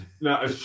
No